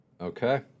Okay